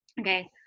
Okay